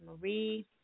Marie